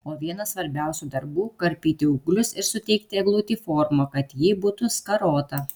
o vienas svarbiausių darbų karpyti ūglius ir suteikti eglutei formą kad ji būtų skarota